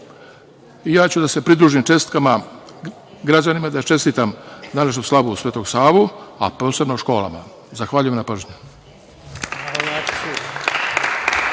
ja ću da se pridružim čestitkama građanima, da čestitam današnju slavu Svetog Savu, a posebno školama. Zahvaljujem na pažnji.